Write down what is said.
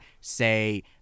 say